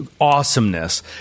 awesomeness